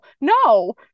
No